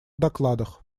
докладах